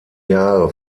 jahre